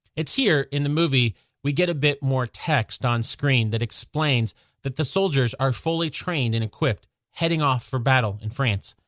it's here in the movie we get a bit more text on screen that explains that the soldiers are fully trained and equipped, heading off for battle in france.